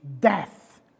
death